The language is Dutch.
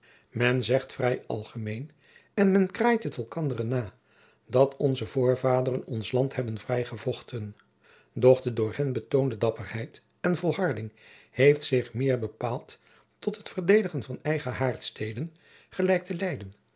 men zegt vrij algemeen en men kraait het elkanderen na dat onze voorvaderen ons land hebben vrijgevochten doch de door hen betoonde dapperheid en volharding heeft zich meer bepaald tot het verdedigen van eigen haardsteden gelijk te leyden